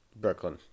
Brooklyn